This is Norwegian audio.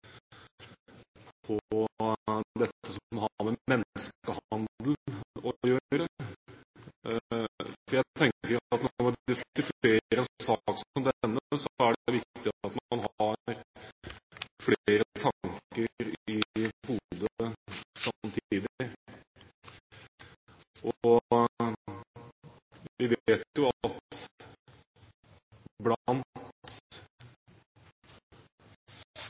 på dette som har med menneskehandel å gjøre. For jeg tenker at når man diskuterer en sak som denne, er det viktig at man har flere tanker i hodet samtidig. Vi vet jo at